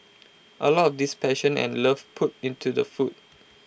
A lot of this passion and love put into the food